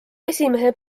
esimehe